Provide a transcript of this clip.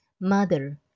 Mother